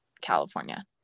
California